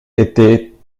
était